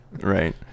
Right